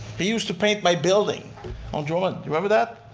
he used to paint my building on jordan, you remember that?